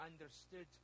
understood